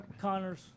Connors